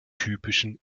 typischen